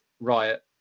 riot